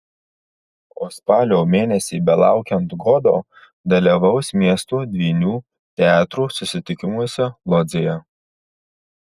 o spalio mėnesį belaukiant godo dalyvaus miestų dvynių teatrų susitikimuose lodzėje